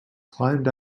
climbed